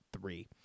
three